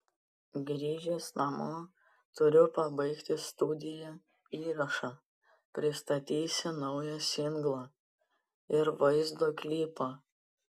grįžęs namo turiu pabaigti studijoje įrašą pristatysiu naują singlą ir vaizdo klipą